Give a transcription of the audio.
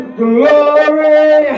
glory